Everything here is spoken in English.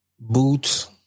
Boots